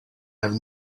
have